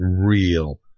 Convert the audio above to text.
real